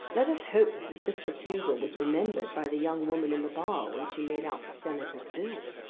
let us hope that this refusal was remembered by the young woman in the bar when she made out the senator's bill.